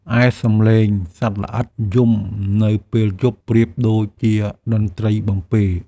ឯសំឡេងសត្វល្អិតយំនៅពេលយប់ប្រៀបដូចជាតន្ត្រីបំពេរ។